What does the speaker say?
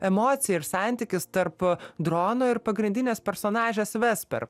emocija ir santykis tarp drono ir pagrindinės personažės vesper